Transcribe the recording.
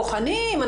בוחנים,